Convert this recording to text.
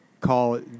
call